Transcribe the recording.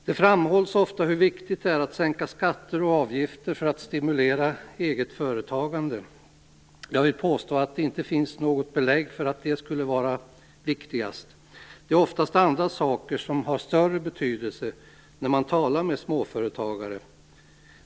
Det framhålls ofta hur viktigt det är att sänka skatter och avgifter för att stimulera eget företagande. Jag vill påstå att det inte finns något belägg för att detta skulle vara viktigast. När man talar med småföretagare visar det sig att det oftast är andra saker som har en större betydelse.